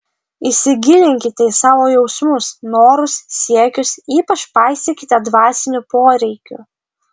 įsigilinkite į savo jausmus norus siekius ypač paisykite dvasinių poreikių